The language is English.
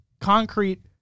concrete